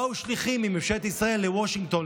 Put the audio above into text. באו שליחים מממשלת ישראל לוושינגטון,